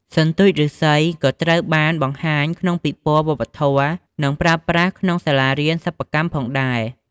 សន្ទូចឬស្សីក៏ត្រូវបានបង្ហាញក្នុងពិព័រណ៍វប្បធម៌ និងប្រើប្រាស់ក្នុងសាលារៀនសិប្បកម្មផងដែរ។